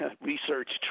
research